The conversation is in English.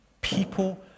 people